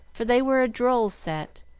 for they were a droll set,